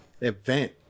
event